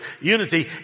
unity